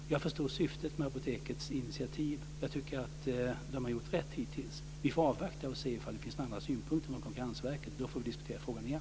Jag förstår syftet med Apotekets initiativ, och jag tycker att de har gjort rätt hittills. Vi får avvakta och se om det finns några andra synpunkter från Konkurrensverket, och då får vi diskutera frågan igen.